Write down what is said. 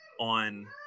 on